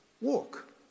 walk